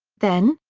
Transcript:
then,